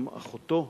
גם אחותו,